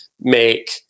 make